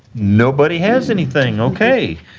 nobody has anything. okay.